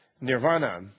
nirvana